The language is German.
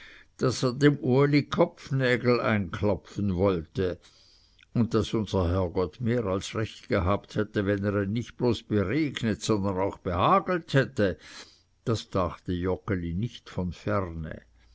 daß er dem uli kopfnägel einklopfen wollte und daß unser herrgott mehr als recht gehabt hätte wenn er ihn nicht bloß beregnet sondern auch behagelt hätte das dachte joggeli nicht von ferne